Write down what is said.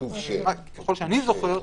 כמו שאני זוכר,